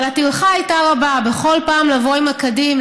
אבל הטרחה הייתה רבה: בכל פעם לבוא עם הכדים,